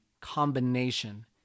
combination